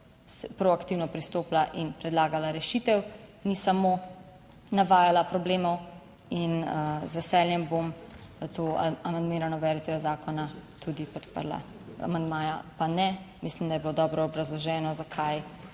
proaktivno pristopila in predlagala rešitev, ni samo navajala problemov in z veseljem bom to amandmirano verzijo zakona tudi podprla, amandmaja pa ne. Mislim, da je bilo dobro obrazloženo, zakaj